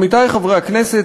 עמיתי חברי הכנסת,